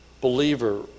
believer